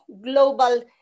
global